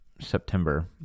September